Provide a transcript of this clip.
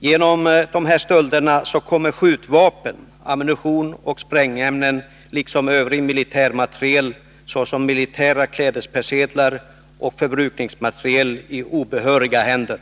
Genom dessa stölder kommer skjutvapen, ammunition och sprängämnen, liksom övrig militär materiel såsom militära persedlar och förbrukningsmateriel, i obehöriga händer.